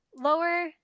lower